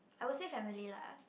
I will say family lah